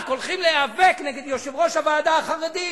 הולכים להיאבק נגד יושב-ראש הוועדה החרדי,